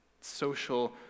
social